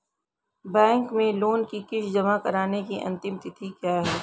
Bank में loan की किश्त जमा कराने की अंतिम तिथि क्या है?